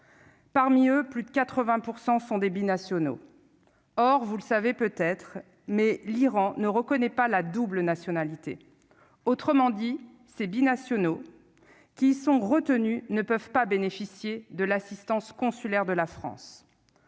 parmi eux plus de 80 % sont des binationaux, or vous le savez peut-être, mais l'Iran ne reconnaît pas la double nationalité, autrement dit ces binationaux qui sont retenus ne peuvent pas bénéficier de l'assistance consulaire de la France,